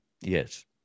Yes